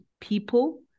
people